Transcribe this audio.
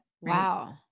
Wow